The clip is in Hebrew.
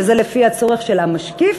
וזה לפי הצורך של המשקיף,